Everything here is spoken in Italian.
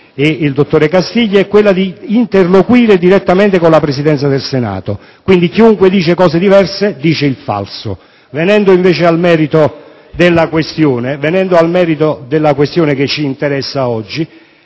e il dottor Castiglia, è quella di interloquire direttamente con la Presidenza del Senato. Chiunque sostenga argomenti diversi, dichiara il falso. Venendo al merito della questione che ci interessa oggi,